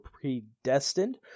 predestined